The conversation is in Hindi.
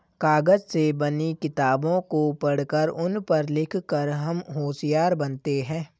कागज से बनी किताबों को पढ़कर उन पर लिख कर हम होशियार बनते हैं